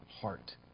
heart